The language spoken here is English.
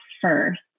first